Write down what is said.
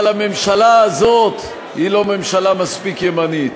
אבל הממשלה הזאת היא לא ממשלה מספיק ימנית